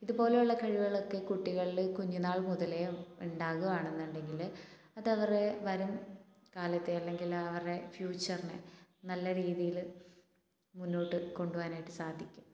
ഇതുപോലെയുള്ള കഴിവുകളൊക്കെ കുട്ടികളിൽ കുഞ്ഞുനാൾ മുതലേ ഉണ്ടാകുവാണെന്നുണ്ടെങ്കിൽ അത് അവരുടെ വരും കാലത്തെ അല്ലെങ്കിൽ അവർടെ ഫ്യൂച്ചറിനെ നല്ല രീതിയിൽ മുന്നോട്ട് കൊണ്ടുപോകാനായിട്ട് സാധിക്കും